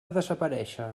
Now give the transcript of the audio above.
desaparéixer